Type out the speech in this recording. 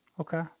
Okay